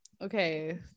okay